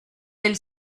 elle